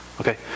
Okay